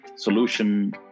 Solution